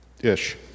Ish